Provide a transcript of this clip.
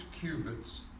cubits